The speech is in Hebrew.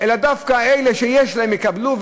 אלא דווקא אלה שיש להם יקבלו,